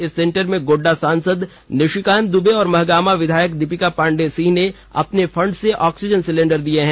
इस सेंटर में गोड्डा सांसद निशिकांत दुबे और महागामा विधायक दीपिका पांडे सिंह ने अपने फंड से ऑक्सीजन सिलेंडर दिए हैं